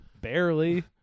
Barely